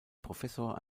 professor